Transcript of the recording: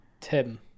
Tim